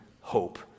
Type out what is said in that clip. hope